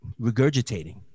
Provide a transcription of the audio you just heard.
regurgitating